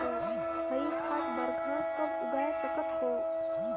हरी खाद बर घास कब उगाय सकत हो?